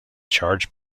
charge